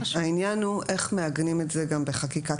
העניין הוא איך מעגנים את זה גם בחקיקה.